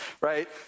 right